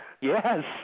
Yes